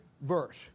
verse